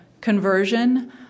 conversion